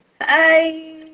Hi